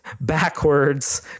backwards